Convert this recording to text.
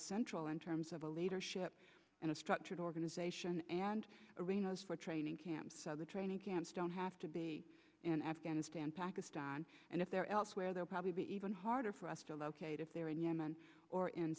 central in terms of a leadership and a structured organization and arenas for training camps so the training camps don't have to be in afghanistan pakistan and if they're elsewhere they'll probably be even harder for us to locate if they're in yemen or in